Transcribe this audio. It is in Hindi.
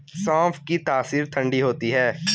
सौंफ की तासीर ठंडी होती है